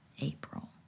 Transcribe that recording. April